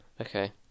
Okay